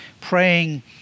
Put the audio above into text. Praying